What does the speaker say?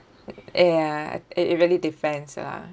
ya it it really depends lah